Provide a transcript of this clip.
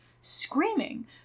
screaming